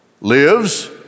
lives